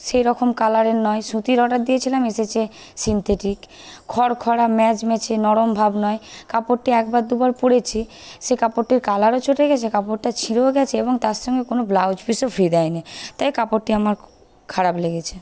সেরকম কালারের নয় সুতির অর্ডার দিয়েছিলাম এসেছে সিন্থেটিক খড়খড়া ম্যাচ ম্যাচে নরমভাব নয় কাপড়টি একবার দুবার পরেছি সেই কাপড়টির কালারও চটে গেছে কাপড়টা ছিঁড়েও গেছে এবং তার সঙ্গে কোনও ব্লাউজ পিসও ফ্রি দেয়নি তাই কাপড়টি আমার খারাপ লেগেছে